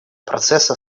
процесса